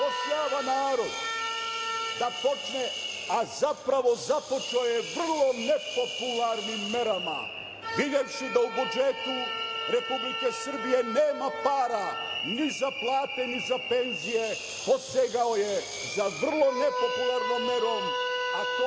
da zapošljava narod, da počne, a zapravo, započeo je vrlo nepopularnim merama, videvši da u budžetu Republike Srbije nema para ni za plate, ni za penzije, posegao je za vrlo nepopularnom merom,